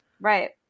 Right